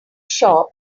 shop